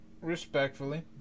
Respectfully